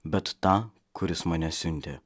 bet tą kuris mane siuntė